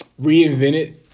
reinvented